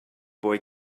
boy